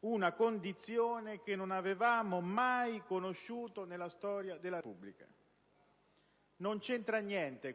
una condizione che non avevamo mai conosciuto nella storia della Repubblica. In questo caso, non c'entra niente